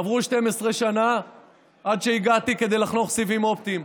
עברו 12 שנה עד שהגעתי כדי לחנוך סיבים אופטיים.